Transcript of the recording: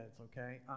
okay